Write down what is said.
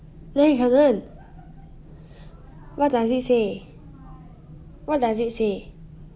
哪里可能 what does it say what does it say